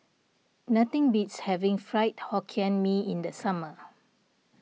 nothing beats having Fried Hokkien Mee in the summer